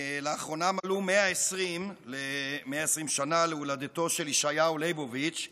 לאחרונה מלאו 120 שנה להולדתו של ישעיהו ליבוביץ'